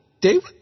David